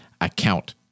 account